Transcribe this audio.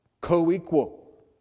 co-equal